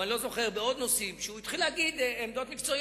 אני לא זוכר אם בעוד נושאים הוא התחיל להגיד עמדות מקצועיות,